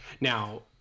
Now